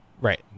Right